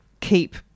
keep